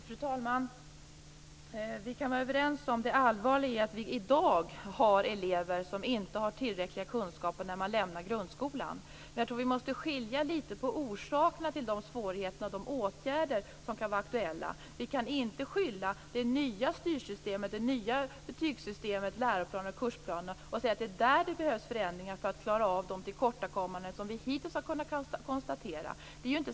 Fru talman! Vi kan vara överens om det allvarliga i att det i dag finns elever som inte har tillräckliga kunskaper när de lämnar grundskolan, men jag tror vi måste skilja litet på orsakerna till de svårigheterna och de åtgärder som kan vara aktuella. Vi kan inte skylla på det nya styrsystemet, det nya betygssystemet, läroplanen och kursplanerna och säga att det är där det behövs förändringar för att klara av de tillkortakommanden som vi hittills har kunnat konstatera.